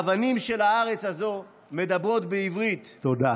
האבנים של הארץ הזאת מדברות בעברית, תודה.